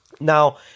Now